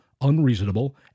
unreasonable